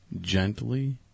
gently